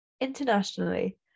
Internationally